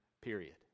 period